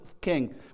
king